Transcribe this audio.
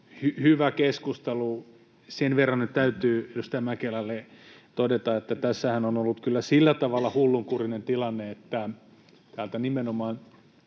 hyvä keskustelu. Sen verran täytyy edustaja Mäkelälle todeta, että tässähän on ollut kyllä sillä tavalla hullunkurinen tilanne, että nimenomaan